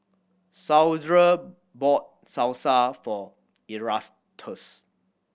Saundra bought Salsa for Erastus